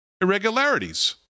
irregularities